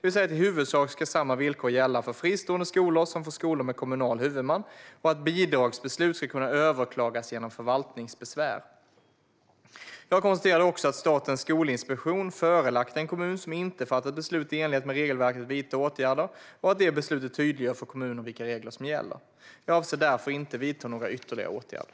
I huvudsak ska alltså samma villkor gälla för fristående skolor som för skolor med kommunal huvudman, och bidragsbeslut ska kunna överklagas genom förvaltningsbesvär. Jag konstaterade också att Statens skolinspektion har förelagt en kommun som inte fattat beslut i enlighet med regelverket att vidta åtgärder och att detta beslut tydliggör för kommunerna vilka regler som gäller. Jag avser därför inte att vidta några ytterligare åtgärder.